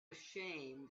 ashamed